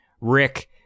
Rick